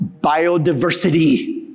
biodiversity